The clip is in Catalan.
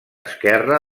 esquerre